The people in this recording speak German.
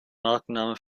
markenname